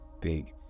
big